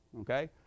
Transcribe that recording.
okay